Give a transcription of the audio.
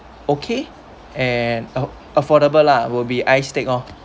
okay and a affordable lah will be ice steak lor